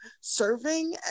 serving